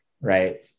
right